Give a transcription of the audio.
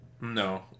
No